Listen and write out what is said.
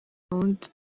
wundi